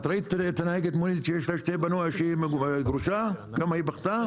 את ראית את נהגת המונית שהיא גרושה, כמה היא בכתה?